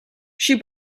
she